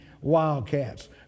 Wildcats